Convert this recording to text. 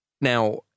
now